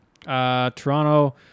Toronto